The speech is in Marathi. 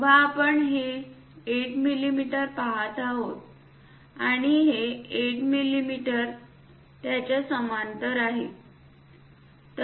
जेव्हा आपण हे 8 मिमी पहात आहोत आणि हे 8 मिमी त्याच्या समांतर आहे